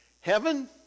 Heaven